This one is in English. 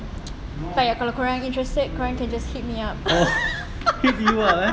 baik kalau kau orang interested kau orang can just hit me up